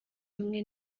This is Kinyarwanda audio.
imwe